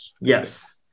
Yes